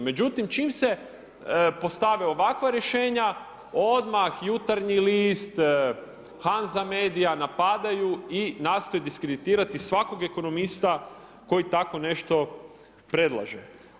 Međutim, čim se postave ovakva rješenja odmah Jutarnji list, Hanza Media napadaju i nastoje diskreditirati svakog ekonomista koji tako nešto predlaže.